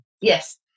Yes